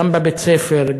גם בבתי-ספר,